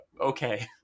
okay